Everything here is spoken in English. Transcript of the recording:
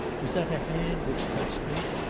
was that a hand which touched me?